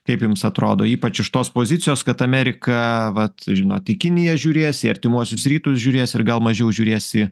kaip jums atrodo ypač iš tos pozicijos kad amerika vat žinot į kiniją žiūrės į artimuosius rytus žiūrės ir gal mažiau žiūrės į